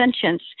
sentience